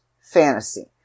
fantasy